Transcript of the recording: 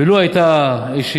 ולו הייתה איזו